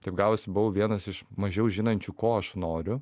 taip gavosi buvau vienas iš mažiau žinančių ko aš noriu